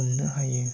हमनो हायो